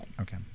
okay